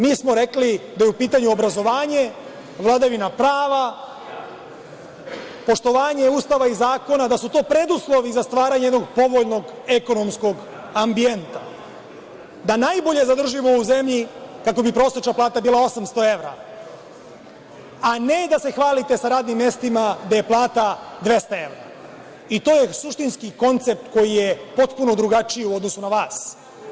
Mi smo rekli da je u pitanju obrazovanje, vladavina prava, poštovanje Ustava i zakona, da su to preduslovi za stvaranje jednog povoljnog ekonomskog ambijenta, da najbolje zadržimo u zemlji kako bi prosečna plata bila 800 evra, a ne da se hvalite sa radnim mestima gde je plata 200 evra, i to je suštinski koncept koji je potpuno drugačiju u odnosu na vas.